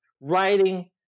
writing